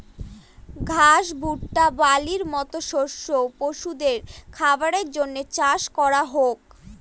ঘাস, ভুট্টা, বার্লির মতো শস্য পশুদের খাবারের জন্য চাষ করা হোক